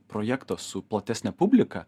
projektą su platesne publika